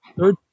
third